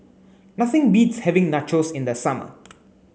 nothing beats having Nachos in the summer